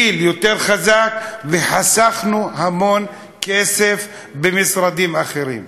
גיל יותר חזק, וחסכנו המון כסף במשרדים אחרים.